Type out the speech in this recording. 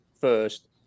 first